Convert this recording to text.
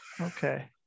Okay